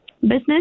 business